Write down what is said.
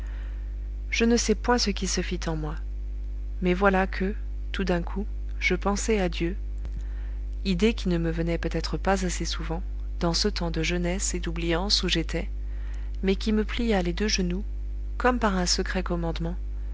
je ne sais point ce qui se fit en moi mais voilà que tout d'un coup je pensai à dieu idée qui ne me venait peut-être pas assez souvent dans ce temps de jeunesse et d'oubliance où j'étais mais qui me plia les deux genoux comme par un secret commandement